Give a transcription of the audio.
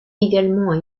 également